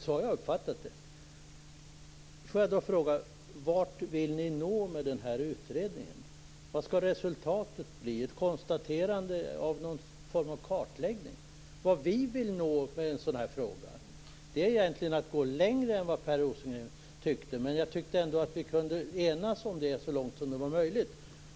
Så har jag uppfattat det. Vad skall resultatet bli - ett konstaterande av någon form av kartläggning? Vad vi vill uppnå i den här frågan är egentligen att gå längre än vad Per Rosengren vill. Men jag tyckte ändå att vi kunde enas så långt det var möjligt.